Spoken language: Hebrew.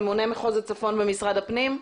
ממונה מחוז הצפון במשרד הפנים.